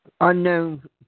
unknown